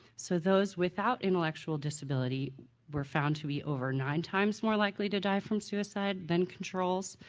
so those without intellectual disability were found to be over nine times more likely to die from suicide than controls.